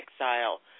exile